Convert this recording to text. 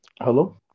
hello